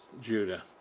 Judah